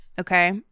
Okay